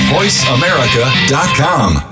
VoiceAmerica.com